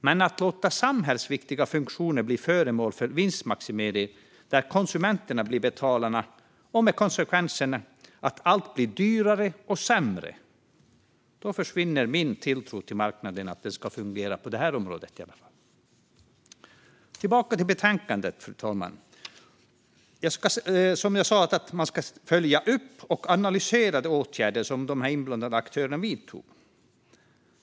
Men när man låter samhällsviktiga funktioner bli föremål för vinstmaximering där konsumenterna blir betalarna och med konsekvensen att allt blir dyrare och sämre försvinner min tilltro till att marknaden ska fungera på detta område. Tillbaka till betänkandet, fru talman, och det som sägs om att följa upp och analysera de åtgärder som inblandade aktörer vidtog.